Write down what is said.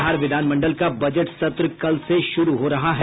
बिहार विधानमंडल का बजट सत्र कल से शुरू हो रहा है